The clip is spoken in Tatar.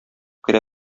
керә